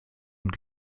und